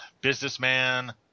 businessman